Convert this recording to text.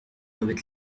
doivent